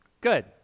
Good